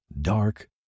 dark